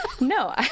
No